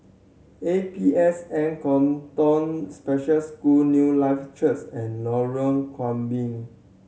A P S N Katong Special School Newlife Church and Lorong Gambir